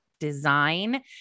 design